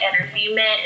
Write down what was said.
entertainment